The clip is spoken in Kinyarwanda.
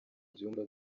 byumba